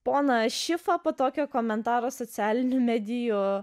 poną šifą po tokio komentaro socialinių medijų